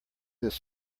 this